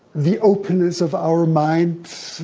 the openness of our minds,